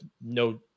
no